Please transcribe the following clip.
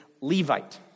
Levite